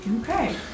Okay